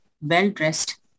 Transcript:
well-dressed